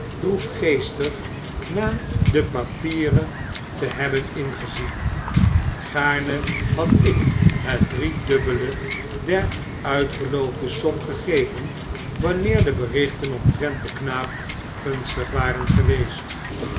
droefgeestig na de papieren te hebben ingezien gaarne had ik het driedubbele der uitgeloofde som gegeven wanneer de berichten omtrent den knaap gunstig waren geweest